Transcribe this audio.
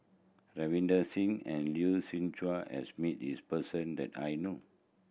Ravinder Singh and Lee Siew Chua has meet this person that I know